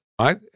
right